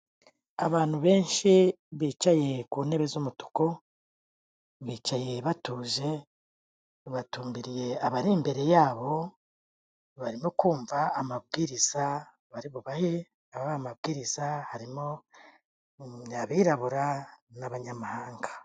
Abantu benshi bicaye ku ntebe z'umutuku, bicaye batuje, batumbiriye abari imbere yabo, barimo kumva amabwiriza bari bubahe, ababaha amabwiriza harimo abirabura n'abanyamahanga.